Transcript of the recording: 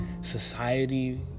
society